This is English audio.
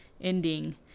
ending